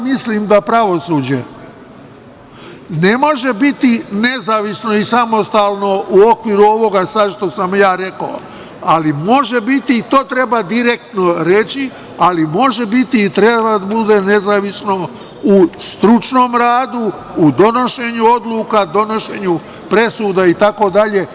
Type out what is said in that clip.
Mislim da pravosuđe ne može biti nezavisno i samostalno u okviru ovoga što sam ja rekao, ali može biti i to treba direktno reći, može biti i treba da bude nezavisno u stručnom radu, u donošenju odluka, donošenju presuda, itd.